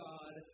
God